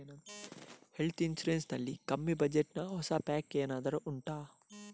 health insurance ನಲ್ಲಿ ಕಮ್ಮಿ budget ನ ಹೊಸ ಪ್ಯಾಕೇಜ್ ಏನಾದರೂ ಉಂಟಾ